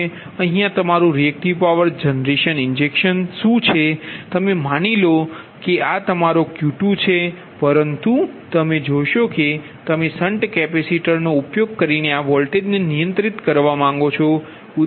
અહીયા તમારું reactive power injection શું છે તમે માની લો કે આ તમારો Q2 છે પરંતુ તમે જોશો કે તમે શન્ટ કેપેસિટરનો ઉપયોગ કરીને આ વોલ્ટેજને નિયંત્રિત કરવા માંગો છો